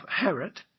Herod